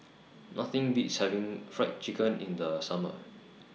Nothing Beats having Fried Chicken in The Summer